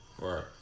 Right